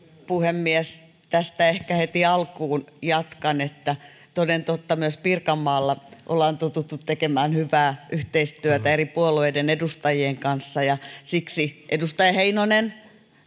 puhemies tästä ehkä heti alkuun jatkan että toden totta myös pirkanmaalla ollaan totuttu tekemään hyvää yhteistyötä eri puolueiden edustajien kanssa ja siksi edustaja heinonen